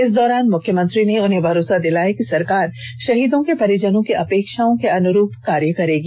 इस दौरान मुख्यमंत्री ने उन्हें भरोसा दिलाया कि सरकार शहीदों के परिजनों की अपेक्षाओं के अनुरूप कार्य करेगी